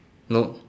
nope